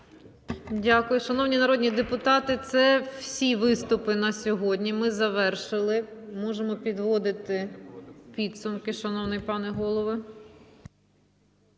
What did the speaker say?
Дякую. Шановні народні депутати, це всі виступи на сьогодні. Ми завершили, можемо підводити підсумки, шановний пане Голово.